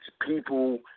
People